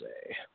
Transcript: say